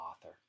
author